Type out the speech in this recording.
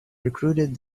recruited